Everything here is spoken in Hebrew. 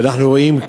ואנחנו רואים,